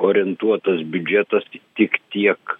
orientuotas biudžetas tik tiek